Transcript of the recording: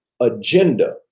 agenda